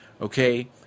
Okay